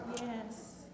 Yes